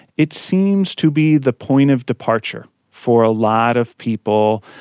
it seems to be the point of departure for a lot of people,